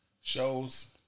Shows